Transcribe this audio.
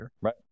right